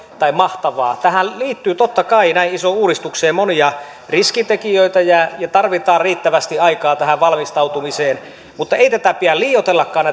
tai mahtavana tähän liittyy totta kai näin isoon uudistukseen monia riskitekijöitä ja tarvitaan riittävästi aikaa tähän valmistautumiseen mutta ei pidä liioitellakaan